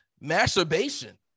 masturbation